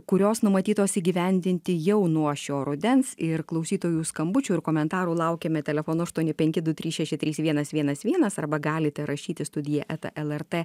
kurios numatytos įgyvendinti jau nuo šio rudens ir klausytojų skambučių ir komentarų laukiame telefonu aštuoni penki du trys šeši trys vienas vienas vienas arba galite rašyti studija eta lrt